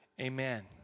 Amen